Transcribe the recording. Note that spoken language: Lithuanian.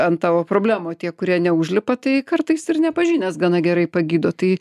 ant tavo problemų o tie kurie neužlipa tai kartais ir nepažinęs gana gerai pagydo tai